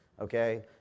Okay